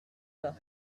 pas